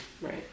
Right